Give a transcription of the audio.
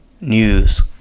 news